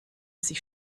sich